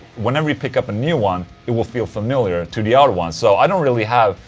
whenever you pick up a new one, it will feel familiar to the other ones so i don't really have,